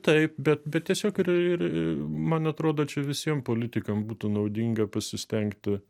taip bet bet tiesiog ir ir man atrodo čia visiem politikams būtų naudinga pasistengti